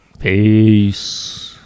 Peace